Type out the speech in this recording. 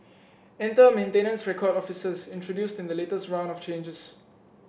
enter maintenance record officers introduced in the latest round of changes